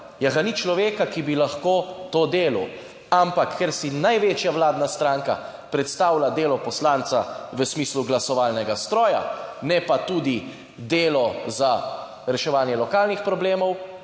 Ja, ga ni človeka, ki bi lahko to delal, ampak ker si največja vladna stranka predstavlja delo poslanca v smislu glasovalnega stroja. Ne pa tudi delo za reševanje lokalnih problemov,